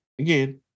again